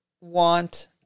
want